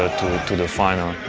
to the final.